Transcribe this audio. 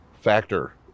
factor